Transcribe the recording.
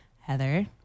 heather